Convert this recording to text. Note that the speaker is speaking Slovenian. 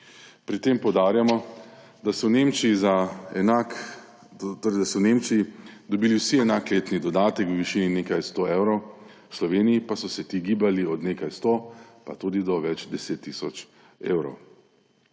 Pri tem poudarjamo, da so v Nemčiji dobili vsi enak letni dodatek v višini nekaj sto evrov, v Sloveniji pa so se ti gibali od nekaj sto pa tudi do več deset tisoč evrov.